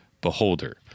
beholder